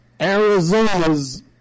Arizona's